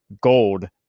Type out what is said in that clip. gold